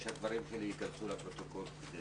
אני מבקש שהדברים שלי ייכנסו לפרוטוקול.